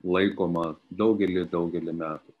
laikoma daugelį daugelį metų